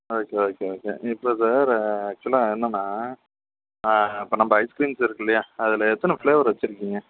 okay okay okay இப்போ sir ஆஷுவலாக என்னென்னா இப்போ நம்ப ஐஸ்கிரீம்ஸ் இருக்குல்லையா அதில் எத்தனை ஃப்ளேவர் வச்சிருக்கீங்க